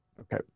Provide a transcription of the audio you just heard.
Okay